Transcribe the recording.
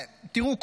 תראו,